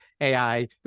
AI